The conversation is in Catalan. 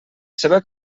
seva